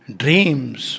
dreams